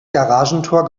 garagentor